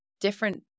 different